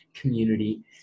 community